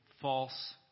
false